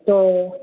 তো